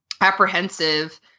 apprehensive